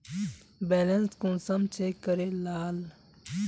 Balance कुंसम check करे लाल?